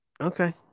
Okay